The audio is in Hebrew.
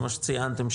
כמו שציינתם,